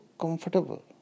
comfortable